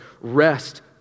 rest